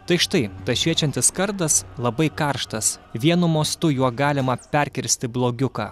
tai štai tas šviečiantis kardas labai karštas vienu mostu juo galima perkirsti blogiuką